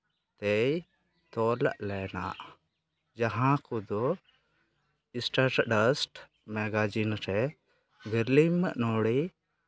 ᱛᱮᱭ ᱛᱚᱞ ᱞᱮᱱᱟ ᱡᱟᱦᱟᱸ ᱠᱚᱫᱚ ᱥᱴᱟᱨᱰᱟᱥ ᱢᱮᱜᱟᱡᱤᱱ ᱨᱮ ᱢᱮᱨᱞᱤᱝ ᱱᱚᱲᱤ